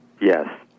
Yes